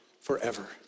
forever